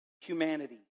Humanity